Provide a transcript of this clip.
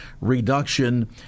reduction